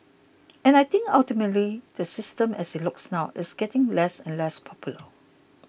and I think ultimately the system as it looks now is getting less and less popular